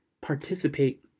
participate